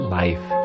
life